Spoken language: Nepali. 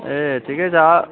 ए ठिकै छ